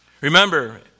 Remember